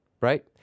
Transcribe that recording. Right